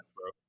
bro